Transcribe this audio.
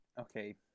okay